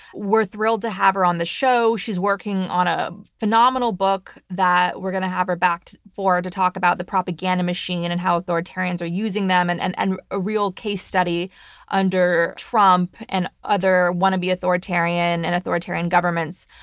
we're thrilled to have her on the show. she's working on a phenomenal book that we're going to have her back for to talk about the propaganda machine and and how authoritarians are using them, and and and a real case study under trump, and another wannabe authoritarian, and authoritarian governments.